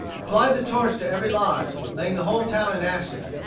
applied the torch to every lodge, laying the whole town in ashes,